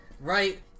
right